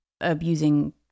abusing